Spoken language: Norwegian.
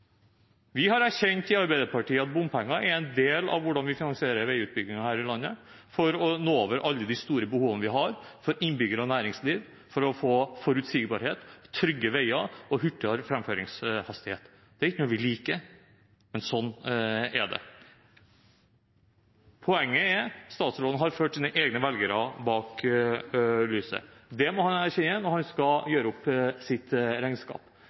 Vi i Arbeiderpartiet har erkjent at bompenger er en del av hvordan vi finansierer veiutbyggingen her i landet for å nå over alle de store behovene vi har, for innbyggere og næringsliv, for å få forutsigbarhet, trygge veier og hurtigere framføringshastighet. Det er ikke noe vi liker, men sånn er det. Poenget er at statsråden har ført sine egne velgere bak lyset. Det må han erkjenne når han skal gjøre opp sitt regnskap.